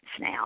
now